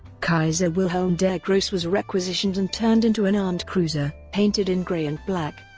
kaiser wilhelm der grosse was requisitioned and turned into an armed cruiser, painted in grey and black.